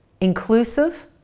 inclusive